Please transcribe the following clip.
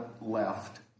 left